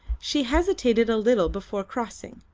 she hesitated a little before crossing,